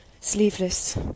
sleeveless